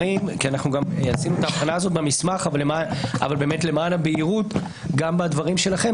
עשינו את ההבחנה הזאת במסמך אבל למען הבהירות כדאי גם בדברים של משרד